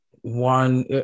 one